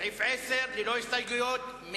לשנת 2009, ללא הסתייגויות.